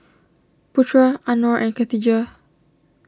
Putra Anuar and Khatijah